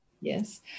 Yes